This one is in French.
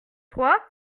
trois